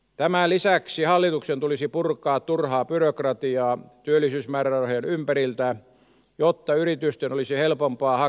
tämän lisäksi hallituksen tulisi purkaa turhaa byrokratiaa työllisyysmäärärahojen ympäriltä jotta yritysten olisi helpompaa hakea niitä